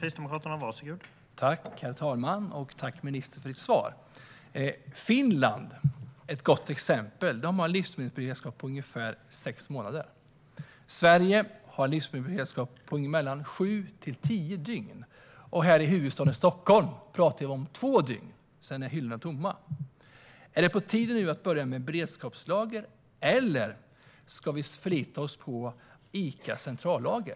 Herr talman! Tack, ministern, för ditt svar! Finland är ett gott exempel. Där har de en livsmedelsberedskap på ungefär sex månader. Sverige har en livsmedelsberedskap på sju till tio dygn, och här i huvudstaden Stockholm pratar vi om två dygn, sedan är hyllorna tomma. Är det på tiden nu att börja med beredskapslager, eller ska vi förlita oss på Icas centrallager?